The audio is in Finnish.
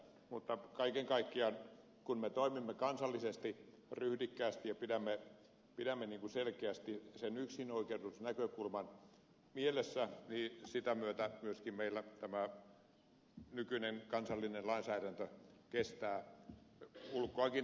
mutta kaiken kaikkiaan kun me toimimme kansallisesti ryhdikkäästi ja pidämme selkeästi sen yksinoikeudellisuusnäkökulman mielessä sitä myöten meillä myöskin tämä nykyinen kansallinen lainsäädäntö kestää ulkoakin tulevat puristukset